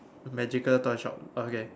magical toy shop okay